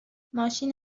ماشین